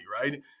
right